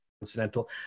Incidental